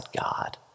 God